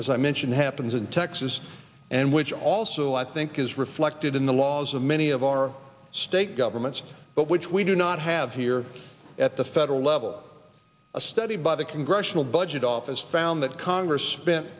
as i mentioned happens in texas and which also i think is reflected in the laws of many of our state governments but which we do not have here at the federal level a study by the congressional budget office found that congress spent